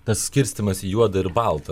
tas skirstymas į juodą ir baltą